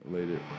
Later